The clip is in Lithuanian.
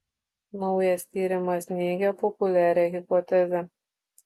naujas tyrimas neigia populiarią hipotezę